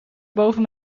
boven